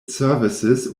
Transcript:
services